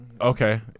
Okay